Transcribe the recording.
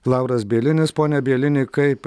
lauras bielinis pone bielini kaip